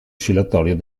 oscillatorio